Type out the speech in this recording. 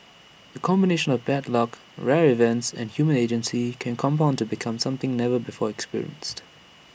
A combination of bad luck rare events and human agency can compound to become something never before experienced